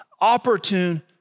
opportune